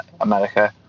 America